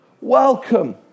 welcome